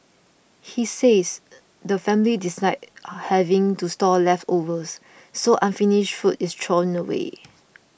he says the family dislike having to store leftovers so unfinished food is thrown away